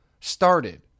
started